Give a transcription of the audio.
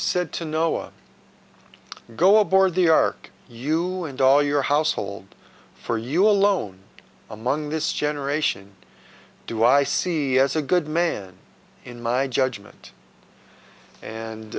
said to noah go aboard the ark you and all your household for you alone among this generation do i see as a good man in my judgment and